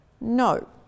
no